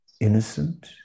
Innocent